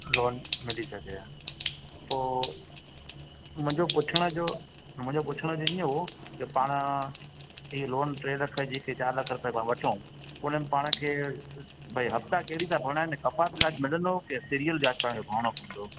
loan मिली सघे हा पोइ मुंहिंजो पुछण जो मुंहिंजो पुछण जो ईअं हो की पाण हीअ लोन टे लख जी जेके चारि लख हिक दफ़ा वठूं हुनमें पाण खे भाई हफ़्ता कहिड़ी त के मिलंदो